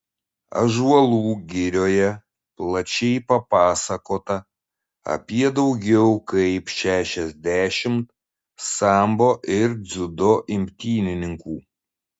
ąžuolų girioje plačiai papasakota apie daugiau kaip šešiasdešimt sambo ir dziudo imtynininkų